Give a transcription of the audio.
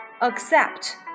Accept